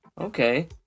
Okay